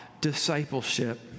discipleship